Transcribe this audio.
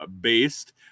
based